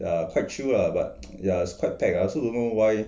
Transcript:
ya quite chill lah but ya it's quite packed ah also don't know why